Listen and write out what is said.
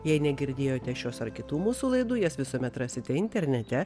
jei negirdėjote šios ar kitų mūsų laidų jas visuomet rasite internete